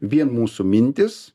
vien mūsų mintys